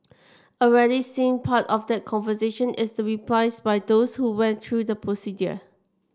a rarely seen part of that conversation is the replies by those who went through the procedure